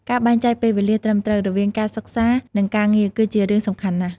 ការបែងចែកពេលវេលាត្រឹមត្រូវ រវាងការសិក្សា និងការងារ គឺជារឿងសំខាន់ណាស់។